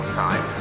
time